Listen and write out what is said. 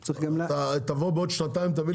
אתה תבוא בעוד שנתיים, תביא לי חוות דעת?